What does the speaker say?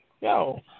yo